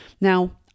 Now